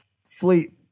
fleet